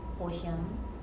ocean